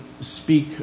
speak